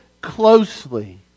closely